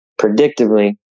predictably